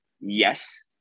Yes